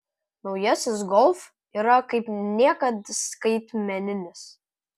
naujasis golf yra kaip niekad skaitmeninis